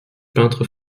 peintre